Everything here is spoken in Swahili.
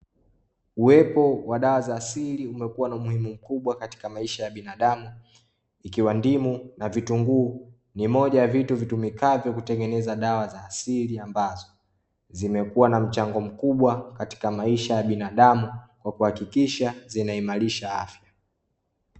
Uwepo wa dawa za asili umekuwa na umuhimu mkubwa katika maisha ya binadamu, ikiwa ndimu na vitunguu ni moja ya vitu vitumikavyo kutengeneza dawa za asili, ambazo zimekuwa na mchango mkubwa katika maisha ya binadamu kwa kuhakikisha zinaimarisha afya.